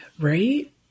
Right